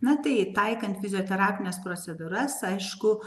na tai taikant fizioterapines procedūras aišku